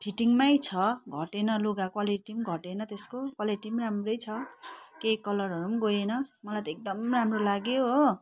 fitting नै छ घटेन लुगा क्वालिटी पनि घटेन त्यसको क्वालिटी पनि राम्रै छ के कलरहरू पनि गएन मलाई त एकदम राम्रो लाग्यो हो